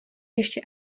ještě